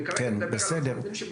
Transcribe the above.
אני מדבר על הריהוט עצמו.